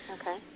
Okay